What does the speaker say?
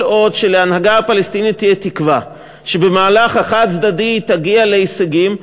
כל עוד להנהגה הפלסטינית תהיה תקווה שבמהלך חד-צדדי היא תגיע להישגים,